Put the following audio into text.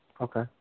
Okay